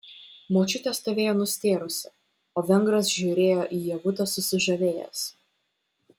močiutė stovėjo nustėrusi o vengras žiūrėjo į ievutę susižavėjęs